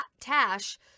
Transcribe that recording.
tash